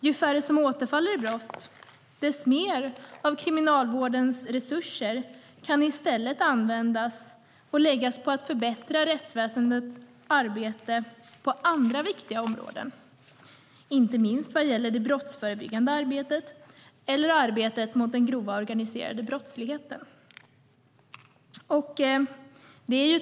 Ju färre som återfaller i brott, desto mer av Kriminalvårdens resurser kan läggas på att förbättra rättsväsendets arbete på andra viktiga områden, inte minst vad gäller det brottsförebyggande arbetet och arbetet mot den grova organiserade brottsligheten.